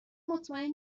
مطمئن